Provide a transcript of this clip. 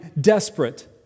desperate